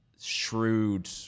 shrewd